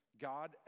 God